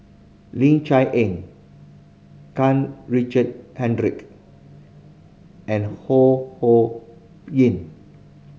Ling Cher Eng Karl Richard Hanitsch and Ho Ho Ying